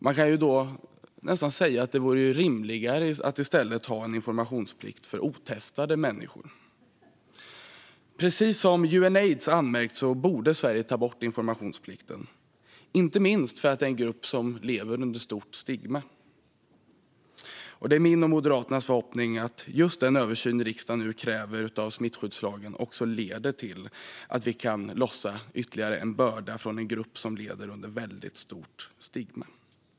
Man kan då nästan säga att det vore rimligare att i stället ha en informationsplikt för otestade människor. Precis som Unaids anmärkt borde Sverige ta bort informationsplikten, inte minst eftersom detta är en grupp som lever under stort stigma. Det är min och Moderaternas förhoppning att just den översyn av smittskyddslagen som riksdagen nu kräver ska leda till att vi kan lossa ytterligare en börda från en grupp som lever under väldigt stort stigma.